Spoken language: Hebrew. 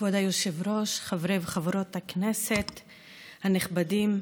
כבוד היושב-ראש, חברי וחברות הכנסת הנכבדים,